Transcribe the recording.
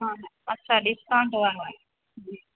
हा अच्छा ॾिसां